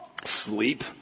Sleep